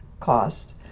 cost